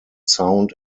sound